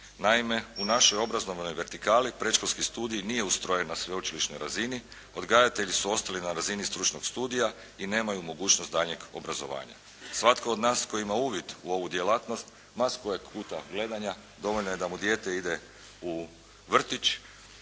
Naime, u našoj obrazovnoj vertikali predškolski studij nije ustrojen na sveučilišnoj razini, odgajatelji su ostali na razini stručnog studija i nemaju mogućnost daljnjeg obrazovanja. Svatko od nas tko ima uvid u ovu djelatnost ma s kojeg puta gledanja, dovoljno je da mu dijete ide u vrtić.